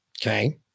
Okay